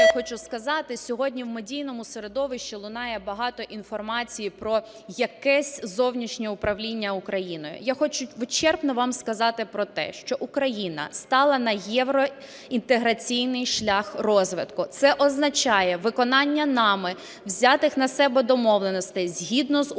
що хочу сказати. Сьогодні в медійному середовищі лунає багато інформації про якесь "зовнішнє управління" Україною. Я хочу вичерпно вам сказати про те, що Україна стала на євроінтеграційний шлях розвитку. Це означає виконання нами взятих на себе домовленостей згідно з Угодою